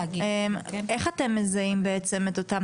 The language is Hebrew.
איך אתם מזהים את אותם